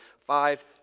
five